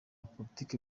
politike